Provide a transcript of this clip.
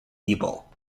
feeble